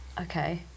Okay